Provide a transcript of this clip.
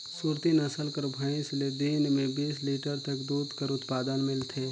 सुरती नसल कर भंइस ले दिन में बीस लीटर तक दूद कर उत्पादन मिलथे